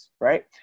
right